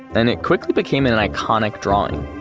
and it quickly became an and iconic drawing.